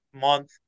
month